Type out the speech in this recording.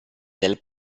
del